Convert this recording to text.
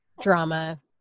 drama